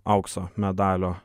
aukso medalio